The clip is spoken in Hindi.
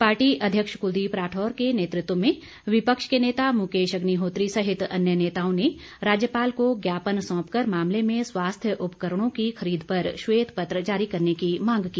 पार्टी अध्यक्ष कुलदीप राठौर के नेतृत्व में विपक्ष के नेता मुकेश अग्निहोत्री सहित अन्य नेताओं ने राज्यपाल को ज्ञापन सौंपकर मामले में स्वास्थ्य उपकरणों की खरीद पर श्वेत पत्र जारी करने की मांग की